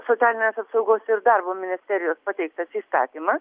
socialinės apsaugos ir darbo ministerijos pateiktas įstatymas